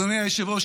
אדוני היושב-ראש,